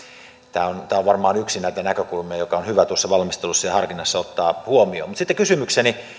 tämä on tämä on varmaan yksi näitä näkökulmia jotka on hyvä tuossa valmistelussa ja harkinnassa ottaa huomioon mutta sitten kysymykseni